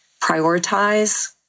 prioritize